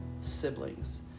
siblings